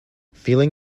feeling